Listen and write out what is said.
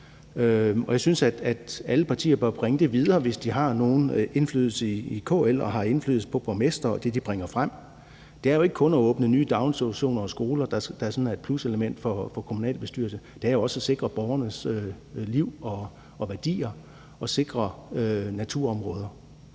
jeg synes, at alle partier bør bringe det videre, hvis de har nogen indflydelse i KL og har indflydelse på borgmestre og det, de bringer frem. Det er jo ikke kun at åbne nye daginstitutioner og skoler, der sådan er et pluselement for kommunalbestyrelser. Det er jo også sikre borgernes liv og værdier og sikre naturområder.